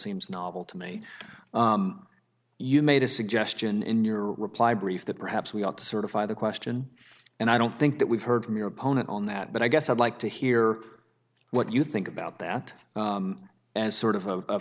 seems novel to me you made a suggestion in your reply brief that perhaps we ought to certify the question and i don't think that we've heard from your opponent on that but i guess i'd like to hear what you think about that and sort of